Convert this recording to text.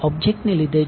object હોય